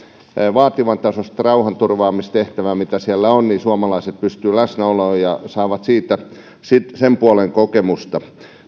vaativan tasoista rauhanturvaamistehtävää jossa suomalaiset pystyvät olemaan läsnä ja saavat sen puolen kokemusta